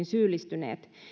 syyllistyneet